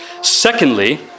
Secondly